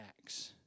acts